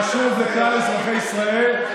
זה חשוב לכלל אזרחי ישראל.